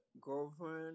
girlfriend